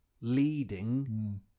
leading